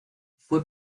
fue